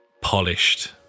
polished